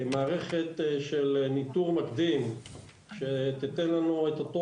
מערכת של ניטור מקדים שתתן לנו את אותו